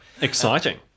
exciting